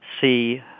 see